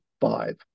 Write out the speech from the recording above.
five